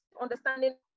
understanding